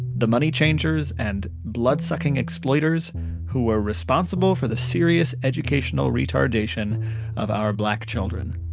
the money-changers and bloodsucking exploiters who were responsible for the serious educational retardation of our black children.